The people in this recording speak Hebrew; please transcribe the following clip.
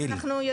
הדיל, אני יודע